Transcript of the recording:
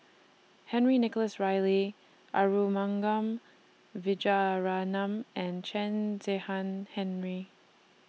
Henry Nicholas Ridley Arumugam Vijiaratnam and Chen Zehan Henri